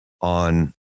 on